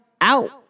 out